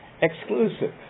exclusive